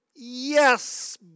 Yes